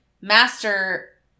master